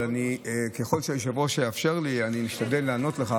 אבל ככל שהיושב-ראש יאפשר לי, אני אשתדל לענות לך